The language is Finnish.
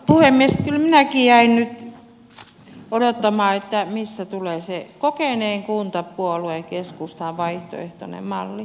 kyllä minäkin jäin nyt odottamaan missä tulee se kokeneen kuntapuolueen keskustan vaihtoehtoinen malli